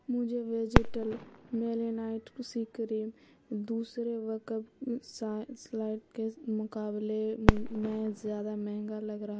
مجھے ویجیٹل میلانائٹ سی کریم دوسرے وکب سلاٹ کے مقابلے میں زیادہ مہنگا لگ رہا